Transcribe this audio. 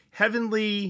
heavenly